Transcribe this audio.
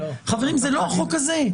חברים, זה לא החוק הזה.